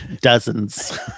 Dozens